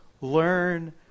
Learn